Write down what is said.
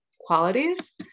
qualities